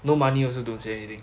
no money also don't say anything